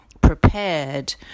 prepared